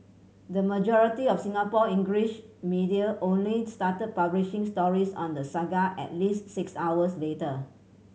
the majority of Singapore English media only started publishing stories on the saga at least six hours later